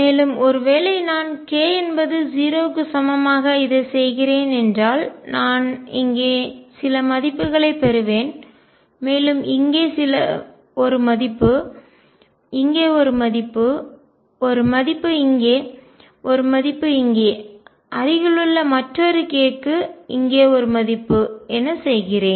மேலும் ஒருவேளை நான் k என்பது 0 க்கு சமமாக இதைச் செய்கிறேன் என்றால் நான் இங்கே சில மதிப்பைப் பெறுவேன் மேலும் இங்கே ஒரு மதிப்பு இங்கே ஒரு மதிப்பு ஒரு மதிப்பு இங்கே ஒரு மதிப்பு இங்கே அருகிலுள்ள மற்றொரு k க்கு இங்கே ஒரு மதிப்பு என செய்கிறேன்